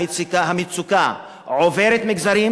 המצוקה עוברת מגזרים,